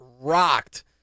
rocked